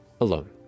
Alone